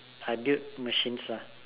are dealt machines lah